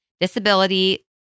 disability